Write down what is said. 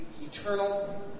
eternal